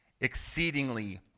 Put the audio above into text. exceedingly